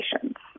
patients